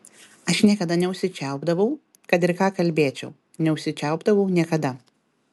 aš niekada neužsičiaupdavau kad ir ką kalbėčiau neužsičiaupdavau niekada